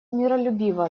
миролюбиво